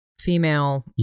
female